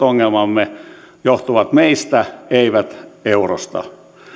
ongelmamme johtuvat meistä eivät eurosta